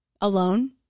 alone